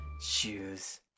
Shoes